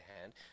hand